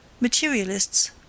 Materialists